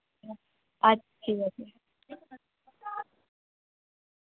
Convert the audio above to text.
আচ্ছা ঠিক আছে হ্যাঁ